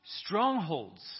strongholds